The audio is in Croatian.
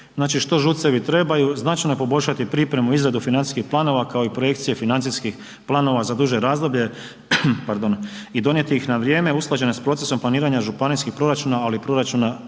što ŽUC-evi trebaju, značajno poboljšati pripremu, izradu financijskih planova, kao i projekcije financijskih planova za duže razdoblje i donijeti ih na vrijeme, usklađene s procesom planiranja županijskih proračuna, ali i proračuna